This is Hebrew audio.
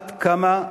עד כמה,